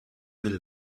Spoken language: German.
will